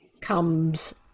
comes